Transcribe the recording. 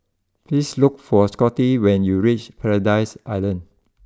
please look for Scotty when you reach Paradise Island